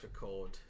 record